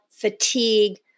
fatigue